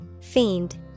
Fiend